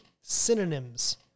synonyms